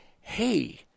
hey